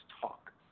talk